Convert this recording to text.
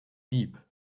deep